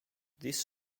this